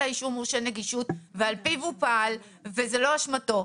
אישור מורשה נגישות ועל פיו הוא פעל וזו לא אשמתו,